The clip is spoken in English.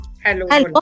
Hello